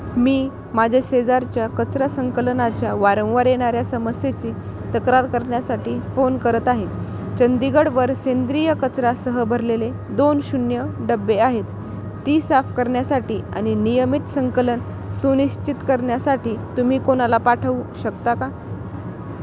मी माझ्या शेजारच्या कचरा संकलनाच्या वारंवार येणाऱ्या समस्येची तक्रार करण्यासाठी फोन करत आहे चंदीगडवर सेंद्रिय कचऱ्यासह भरलेले दोन शून्य डब्बे आहेत ती साफ करण्यासाठी आणि नियमित संकलन सुनिश्चित करण्यासाठी तुम्ही कोणाला पाठवू शकता का